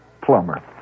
plumber